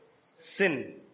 sin